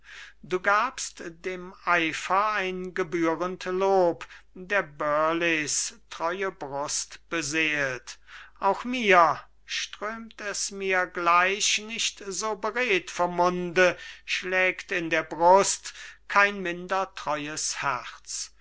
du gabst dem eifer ein gebührend lob der burleighs treue brust beseelt auch mir strömt es mir gleich nicht so beredt vom munde schlägt in der brust kein minder treues herz